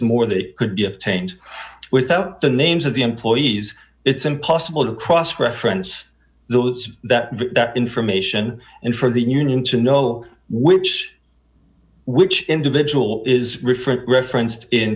more that could be obtained without the names of the employees it's impossible to cross reference those that put that information in for the union to know which which individual is refrig referenced in